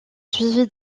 suivi